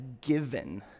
given